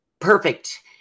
perfect